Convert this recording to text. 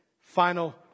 final